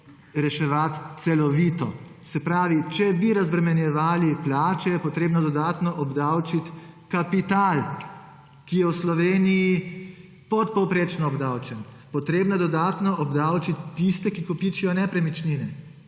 reševati celovito. Se pravi, če bi razbremenjevali plače, je potrebno dodatno obdavčiti kapital, ki je v Sloveniji podpovprečno obdavčen. Potrebno je dodatno obdavčiti tiste, ki kopičijo nepremičnine.